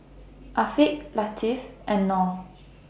Afiq Latif and Noh